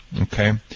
okay